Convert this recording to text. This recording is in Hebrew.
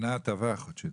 "הטבה לתקופה